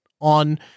On